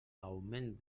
augment